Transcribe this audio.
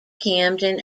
camden